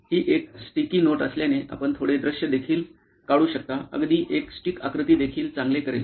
ही एकस्टिकी नोट असल्याने आपण थोडे दृश्य देखील काढू शकता अगदी एक स्टिक आकृती देखील चांगले करेल